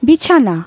বিছানা